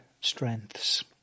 strengths